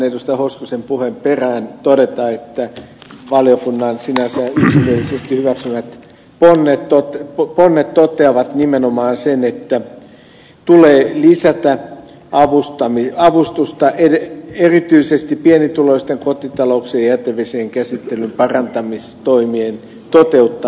hoskosen puheen perään todeta että valiokunnan sinänsä yksimielisesti hyväksymät ponnet toteavat nimenomaan sen että tulee lisätä avustusta erityisesti pienituloisten kotitalouksien jätevesien käsittelyn parantamistoimien toteuttamiseen